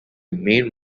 main